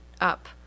up